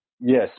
Yes